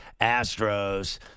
Astros